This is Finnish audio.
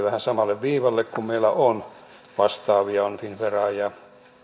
vähän samalle viivalle kuin meillä on vastaavia on finnveraa ja